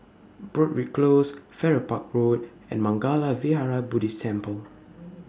Broadrick Close Farrer Park Road and Mangala Vihara Buddhist Temple